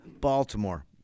Baltimore